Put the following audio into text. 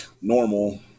normal